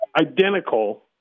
identical